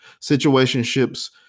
Situationships